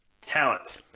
talent